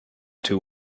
too